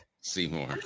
Seymour